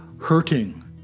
hurting